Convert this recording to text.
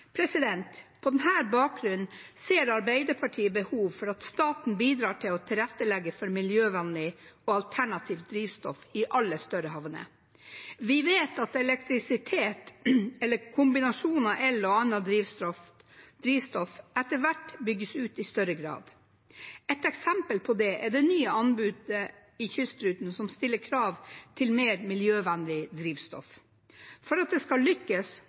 På denne bakgrunn ser Arbeiderpartiet behov for at staten bidrar til å tilrettelegge for miljøvennlig og alternativt drivstoff i alle større havner. Vi vet at elektrisitet, eller en kombinasjon av elektrisitet og annet drivstoff, etter hvert bygges ut i større grad. Et eksempel på det er det nye anbudet i kystruten som stiller krav til mer miljøvennlig drivstoff. For at det skal lykkes,